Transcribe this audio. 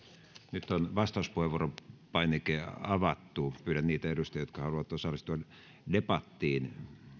nyt on vastauspuheenvuoropainike avattu pyydän niitä edustajia jotka haluavat osallistua debattiin